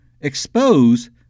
expose